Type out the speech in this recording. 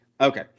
Okay